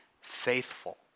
faithful